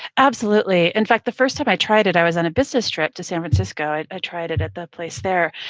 absolutely. in fact, the first time i tried it, i was on a business trip to san francisco. i tried it at the place there.